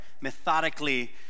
methodically